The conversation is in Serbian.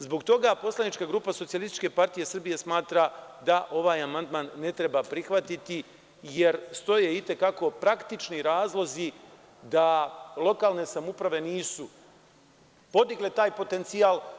Zbog toga, poslanička grupa Socijalističke partije Srbije smatra da ovaj amandman ne treba prihvatiti, jer stoje i te kako praktični razlozi da lokalne samouprave nisu podigle taj potencijal.